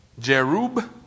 Jerub